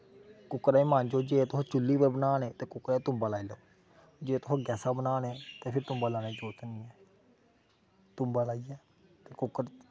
कुक्करै गी मांजो जे तुसे चुल्ली पर बनाने कुक्करै गी तुग्गा लाई लेओ जे तुसें गैसा पर बनाने दा फिर तुसेंगी तुग्गा लाने दी जरूरत निं ऐ तुग्गा लाइयै ते कुक्कर